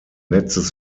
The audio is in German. letztes